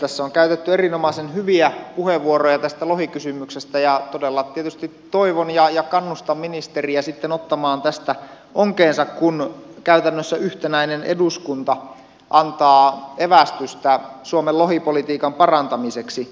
tässä on käytetty erinomaisen hyviä puheenvuoroja tästä lohikysymyksestä ja todella tietysti toivon ja kannustan ministeriä sitten ottamaan tästä onkeensa kun käytännössä yhtenäinen eduskunta antaa evästystä suomen lohipolitiikan parantamiseksi